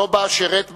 לובה שירת ב"הגנה"